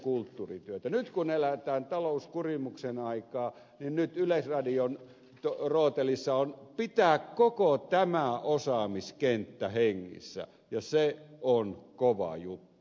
nyt kun eletään talouskurimuksen aikaa niin nyt yleisradion rootelissa on pitää koko tämä osaamiskenttä hengissä ja se on kova juttu